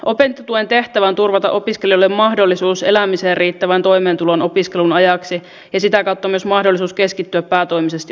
opintotuen tehtävä on turvata opiskelijoille mahdollisuus elämiseen riittävään toimeentuloon opiskelun ajaksi ja sitä kautta myös mahdollisuus keskittyä päätoimisesti opintoihin